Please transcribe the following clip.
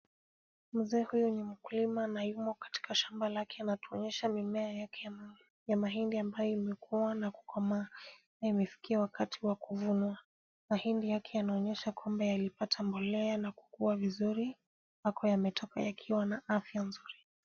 Mzee huyu ni mkulima na yumo katika shamba lake, anatuonyesha mimea yake ya mahindi ambayo imekuwa na kukomaa na imefikia wakati wake wa kuvunwa. Mahindi yake yanaonyesha kwamba yalipata mbolea na kukua vizuri ambako yametoka yakiwa na afya mzuri.